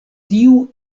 tiu